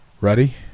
Ready